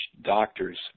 doctors